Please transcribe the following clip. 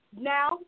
now